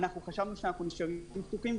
אנחנו חשבנו שאנחנו נשארים פתוחים,